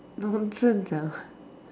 nonsense ah